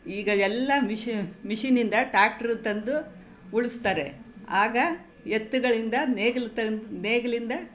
ಈಗ ಎಲ್ಲ ಮಿಷಿನ್ ಮಿಷಿನಿಂದ ಟ್ಯಾಕ್ಟ್ರ ತಂದು ಉಳಿಸ್ತಾರೆ ಆಗ ಎತ್ತುಗಳಿಂದ ನೇಗಿಲು ತನ್ನ ನೇಗಿಲಿಂದ